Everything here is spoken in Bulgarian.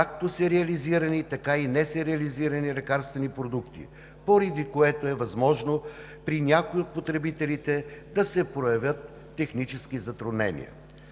както сериализирани, така и несериализирани лекарствени продукти, поради което е възможно при някои от потребителите да се проявят технически затруднения.